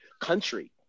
country